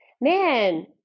Man